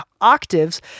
octaves